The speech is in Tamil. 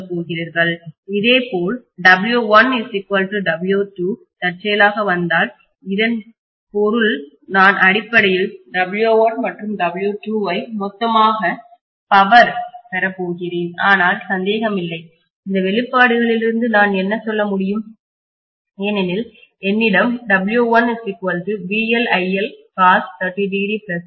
இதேபோல் W1W2 தற்செயலாக வந்தால் இதன் பொருள் நான் அடிப்படையில் W1 மற்றும் W2 ஐ மொத்த பவர்சக்தியாகப் பெறப்போகிறேன ஆனால் சந்தேகமில்லை இந்த வெளிப்பாடுகளிலிருந்தும் நான் சொல்ல முடியும் ஏனெனில் என்னிடம் மற்றும் உள்ளது